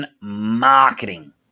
marketing